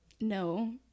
No